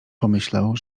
pomyślał